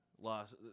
lost